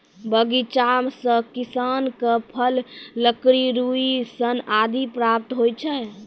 बगीचा सें किसान क फल, लकड़ी, रुई, सन आदि प्राप्त होय छै